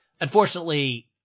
unfortunately